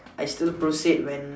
I still proceed when